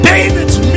David's